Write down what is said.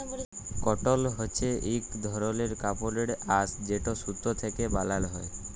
কটল হছে ইক ধরলের কাপড়ের আঁশ যেট সুতা থ্যাকে বালাল হ্যয়